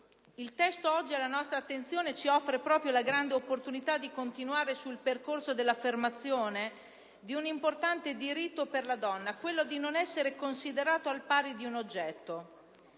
Il testo oggi alla nostra attenzione ci offre dunque la grande opportunità di continuare sul percorso dell'affermazione di un importante diritto per la donna: quello di non essere considerata al pari di un oggetto.